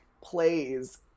plays